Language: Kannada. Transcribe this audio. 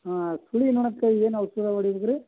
ಹಾಂ ಸುಳಿ ನೊಣಕ್ಕೆ ಏನು ಔಷಧಿ ಹೊಡಿಬೇಕು ರೀ